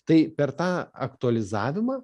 tai per tą aktualizavimą